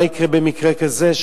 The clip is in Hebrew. מה יקרה במקרה כזה?